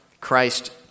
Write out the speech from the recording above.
Christ